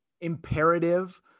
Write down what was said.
imperative